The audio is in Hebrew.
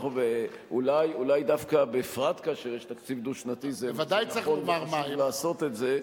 אולי דווקא בפרט כאשר יש תקציב דו-שנתי נכון וחשוב לעשות את זה.